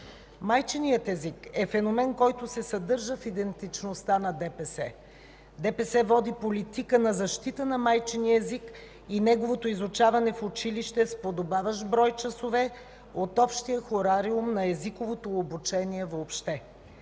Майчиният език е феномен, който се съдържа в идентичността на ДПС. Движението за права и свободи води политика на защита на майчиния език и неговото изучаване в училище с подобаващ брой часове от общия хорариум на езиковото обучение въобще.